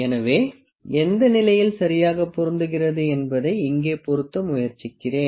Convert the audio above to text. எனவே எந்த இலையில் சரியாக பொருந்துகிறது என்பதை இங்கே பொருத்த முயற்சிக்கிறேன்